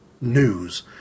news